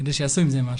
כדי שיעשו עם זה משהו,